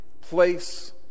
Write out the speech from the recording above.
place